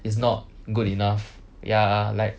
it's not good enough ya like